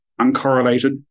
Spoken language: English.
uncorrelated